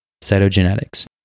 Cytogenetics